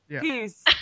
peace